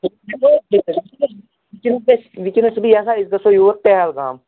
وٕنکیٚنس چھُس بہٕ یژھان أسۍ گَژھو یور پہلگام